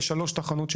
בונים שלוש תחנות,